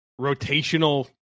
rotational